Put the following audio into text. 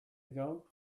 ago